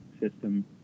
system